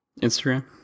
Instagram